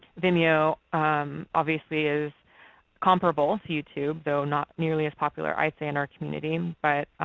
vimeo obviously, is comparable to youtube though not nearly as popular i'd say, in our community. but